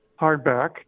hardback